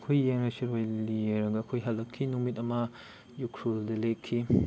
ꯑꯩꯈꯣꯏ ꯌꯦꯡꯂꯒ ꯁꯤꯔꯣꯏ ꯂꯤꯂꯤ ꯌꯦꯡꯂꯒ ꯑꯩꯈꯣꯏ ꯍꯜꯂꯛꯈꯤ ꯅꯨꯃꯤꯠ ꯑꯃ ꯎꯈ꯭ꯔꯨꯜꯗ ꯂꯦꯛꯈꯤ